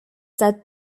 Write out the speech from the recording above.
that